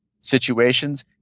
situations